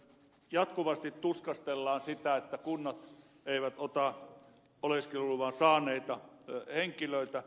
jatkuvasti tuskastellaan sitä että kunnat eivät ota oleskeluluvan saaneita henkilöitä